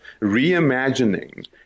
reimagining